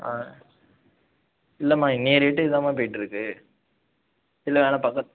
ஆ இல்லைமா இன்றைய ரேட்டு இதாமா போயிட் இருக்கு இல்லை பக்கத்து